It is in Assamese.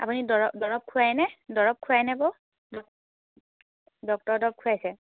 আপুনি দৰৱ দৰৱ খুৱাইনে দৰৱ খুৱাইনে বাৰু ডক্তৰৰ দৰৱ খুৱাইছে